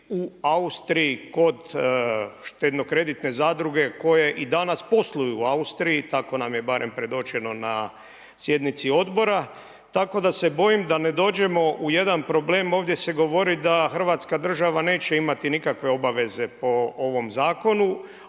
u Austriji kod štedno-kreditne zadruge koje i danas posluju u Austriji, tako nam je barem predočeno na sjednici Odbora. Tako da se bojim da ne dođemo u jedan problem, ovdje se govori da Hrvatska država neće imati nikakve obaveze po ovom zakonu